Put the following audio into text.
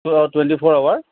twenty four hour